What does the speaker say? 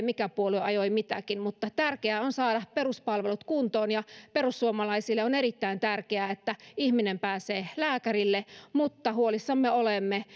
mikä puolue ajoi mitäkin mutta tärkeää on saada peruspalvelut kuntoon perussuomalaisille on erittäin tärkeää että ihminen pääsee lääkärille mutta huolissamme olemme